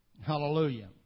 Hallelujah